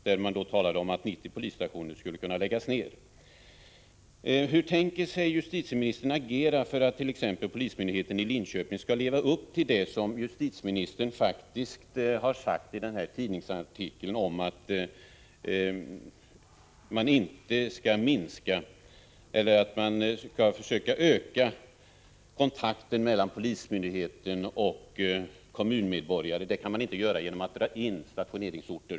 Det talades om att 90 polisstationer skulle läggas ner. Hur tänker sig justitieministern agera för att t.ex. polismyndigheten i Linköping skall leva upp till det som justitieministern faktiskt har sagt i denna tidningsartikel om att man skall försöka öka kontakten mellan polismyndigheten och kommunmedborgarna? Det kan man ju inte göra genom att dra in stationeringsorter.